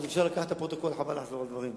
אז אפשר לקחת את הפרוטוקול, חבל לחזור על הדברים.